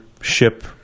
ship